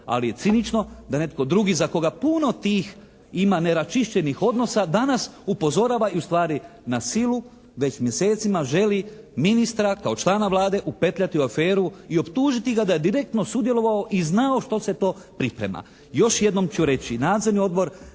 ali je cinično da netko drugi za koga puno tih ima neraščišćenih odnosa danas upozorava u stvari na silu već mjesecima želi ministra kao člana Vlade upetljati u aferu i optužiti ga da je direktno sudjelovao i znao što se to priprema. Još jednom ću reći, nadzorni odbor